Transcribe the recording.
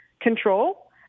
control